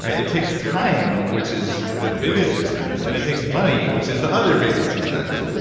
ah it takes time, which is the biggest expense. and it takes money, which is the other biggest expense.